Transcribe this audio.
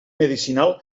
medicinal